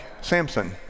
Samson